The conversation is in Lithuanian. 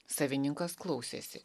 savininkas klausėsi